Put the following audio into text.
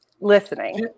Listening